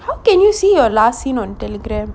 how can you see your last seen on telegram